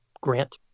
grant